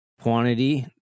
quantity